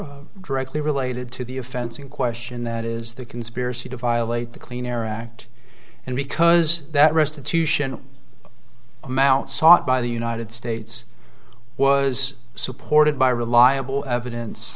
was directly related to the offense in question that is the conspiracy to violate the clean air act and because that restitution amount sought by the united states was supported by reliable evidence